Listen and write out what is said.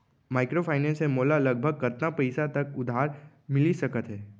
Microfinance से मोला लगभग कतना पइसा तक उधार मिलिस सकत हे?